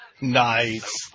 Nice